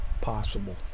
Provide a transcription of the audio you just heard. possible